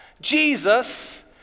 Jesus